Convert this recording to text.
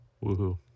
Woo-hoo